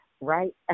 right